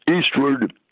eastward